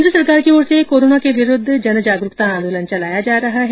केन्द्र सरकार की ओर से कोरोना के विरूद्व जन जागरूकता आंदोलन चलाया जा रहा है